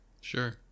Sure